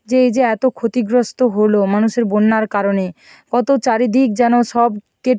যে এই যে এতো ক্ষতিগ্রস্ত হলো মানুষের বন্যার কারণে কতো চারিদিক যেন সবকে